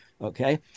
Okay